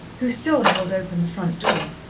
who still held open the front door.